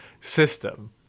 system